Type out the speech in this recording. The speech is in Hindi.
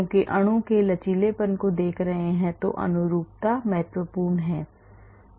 क्योंकि अणु के लचीलेपन को देख रहे हैं तो अनुरूपता महत्वपूर्ण है